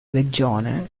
regione